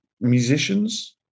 musicians